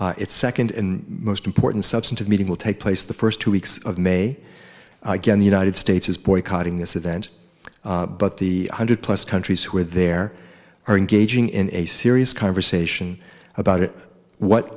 month its second and most important substantive meeting will take place the first two weeks of may again the united states is boycotting this event but the one hundred plus countries who are there are engaging in a serious conversation about it what